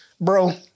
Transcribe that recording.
bro